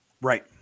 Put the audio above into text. Right